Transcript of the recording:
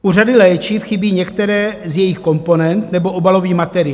U řady léčiv chybí některé z jejich komponent nebo obalový materiál.